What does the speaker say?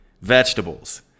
vegetables